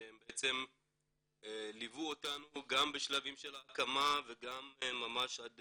שהם בעצם ליוו אותנו גם בשלבי ההקמה וגם ממש עד